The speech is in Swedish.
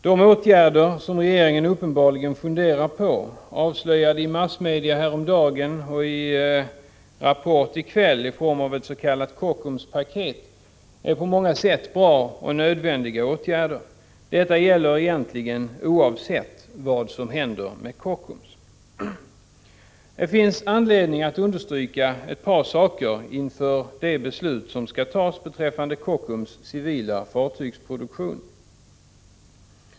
De åtgärder som regeringen uppenbarligen funderar på — de avslöjades i massmedia häromdagen och i Rapport i kväll — i form av ett s.k. Kockumspaket är på många sätt bra och nödvändiga. Detta gäller egentligen oavsett vad som händer med Kockums. Det finns anledning att understryka ett par saker inför det beslut som skall fattas beträffande Kockums civila fartygsproduktion.